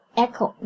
echo